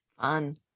fun